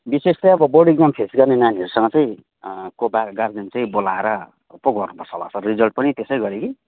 विशेष चाहिँ अब बोर्डिङ कन्फ्रेन्स गर्ने नानीहरूसँग चाहिँ को बारे गार्जेन चाहिँ बोलाएर ऊ पो गर्नुपर्छ होला सर रिजल्ट पनि त्यसै गरी कि